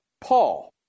Paul